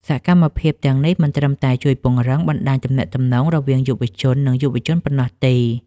សកម្មភាពទាំងនេះមិនត្រឹមតែជួយពង្រឹងបណ្ដាញទំនាក់ទំនងរវាងយុវជន និងយុវជនប៉ុណ្ណោះទេ។